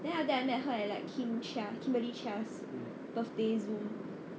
then after that I met her at like kim chia kimberly chia's birthday zoom